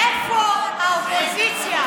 איפה האופוזיציה?